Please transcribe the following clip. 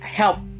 help